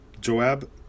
Joab